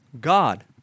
God